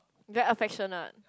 very affectionate